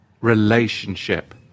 relationship